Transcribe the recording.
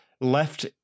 left